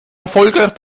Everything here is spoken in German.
erfolgreich